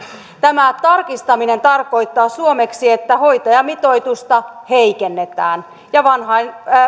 tämä tarkistaminen tarkoittaa suomeksi että hoitajamitoitusta heikennetään ja